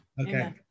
Okay